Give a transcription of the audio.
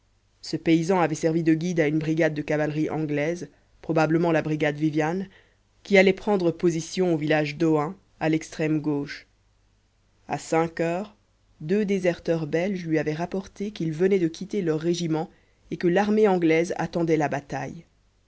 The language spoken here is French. ce paysan avait servi de guide à une brigade de cavalerie anglaise probablement la brigade vivian qui allait prendre position au village d'ohain à l'extrême gauche à cinq heures deux déserteurs belges lui avaient rapporté qu'ils venaient de quitter leur régiment et que l'armée anglaise attendait la bataille